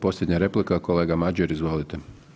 Posljednja replika kolega Madjer, izvolite.